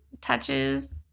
touches